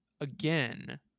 again